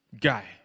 guy